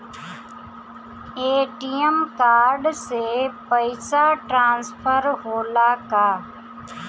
ATM card से पैसा transfer होला का?